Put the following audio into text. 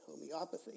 homeopathy